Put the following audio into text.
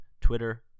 Twitter